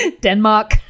Denmark